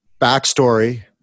Backstory